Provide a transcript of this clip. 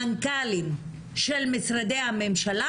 למנכ"לים של משרדי הממשלה,